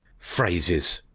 phrases!